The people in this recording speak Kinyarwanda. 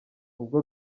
ibyo